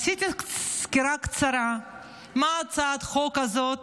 עשיתי סקירה קצרה מה הצעת החוק הזאת